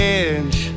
edge